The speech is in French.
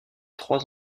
trois